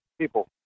people